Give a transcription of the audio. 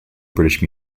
british